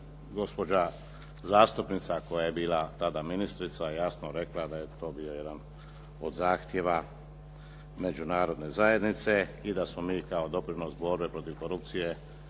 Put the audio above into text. gospođa zastupnica koja je bila tada ministrica jasno rekla da je to bio jedan od zahtjeva međunarodne zajednice i da smo mi kao doprinos borbe protiv korupcije